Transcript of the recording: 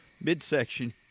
midsection